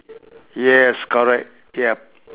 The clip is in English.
yes correct ya